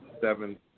seven